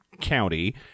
county